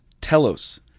Telos